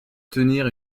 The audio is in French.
tenir